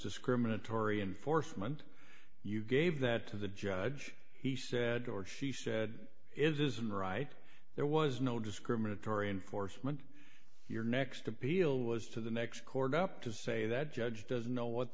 discriminatory and force meant you gave that to the judge he said or she said isn't right there was no discriminatory enforcement here next appeal was to the next court up to say that judge doesn't know what